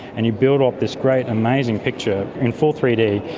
and you build up this great, amazing picture in full three d.